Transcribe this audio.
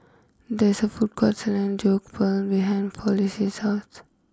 there is a food court selling Jokbal behind Flossie's house